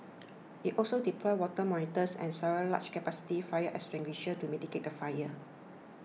it also deployed water monitors and several large capacity fire extinguishers to mitigate the fire